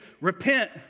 repent